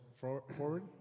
forward